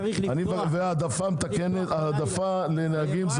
והעדפה לנהגים.